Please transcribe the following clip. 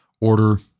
order